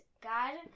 God